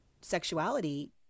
sexuality